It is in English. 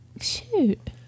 Shoot